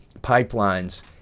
pipelines